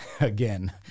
again